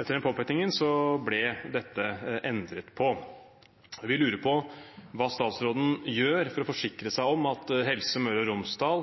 Etter den påpekningen ble dette endret på. Vi lurer på hva statsråden gjør for å forsikre seg om at Helse Møre og Romsdal